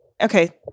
Okay